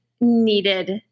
needed